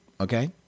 Okay